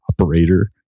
operator